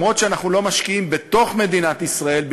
גם אם אנחנו לא משקיעים בתוך מדינת ישראל,